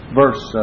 verse